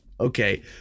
okay